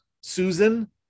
Susan